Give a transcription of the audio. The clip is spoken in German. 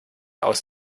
aus